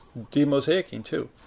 demosaic-ing too.